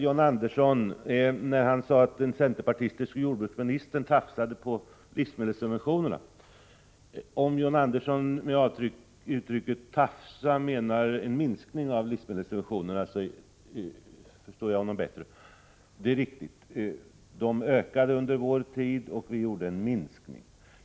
John Andersson sade att en centerpartistisk jordbruksminister tafsade på livsmedelssubventionerna. Om John Andersson med ordet ”tafsa” menar ”minska” förstår jag honom bättre. Det är riktigt att livsmedelssubventionerna minskades under vår tid.